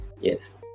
yes